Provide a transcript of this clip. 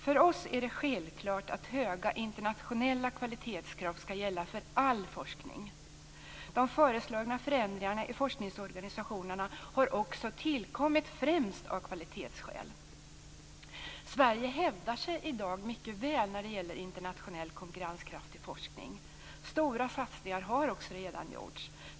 För oss är det självklart att höga internationella kvalitetskrav ska gälla för all forskning. De föreslagna förändringarna i forskningsorganisationerna har också tillkommit främst av kvalitetsskäl. Sverige hävdar sig i dag mycket väl när det gäller internationell konkurrenskraftig forskning. Stora satsningar har också redan gjorts.